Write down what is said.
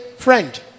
Friend